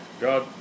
God